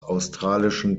australischen